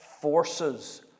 forces